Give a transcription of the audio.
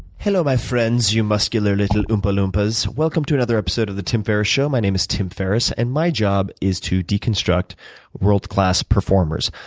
hello, my friends. you muscular, little oompah loompahs. welcome to another episode of the tim ferriss show. my name is tim ferris. and my job is to deconstruct world-class performers,